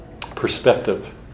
perspective